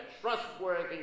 trustworthy